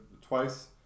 twice